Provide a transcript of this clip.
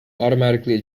automatically